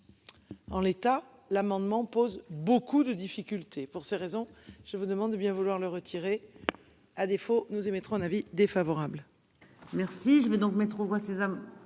En l'état. L'amendement pose beaucoup de difficultés pour ces raisons je vous demande de bien vouloir le retirer. À défaut, nous émettrons un avis défavorable. Merci. Donc métro voit ses amours et